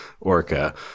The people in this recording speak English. orca